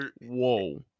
Whoa